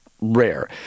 rare